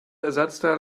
ersatzteil